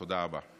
תודה רבה.